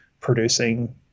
producing